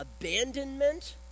abandonment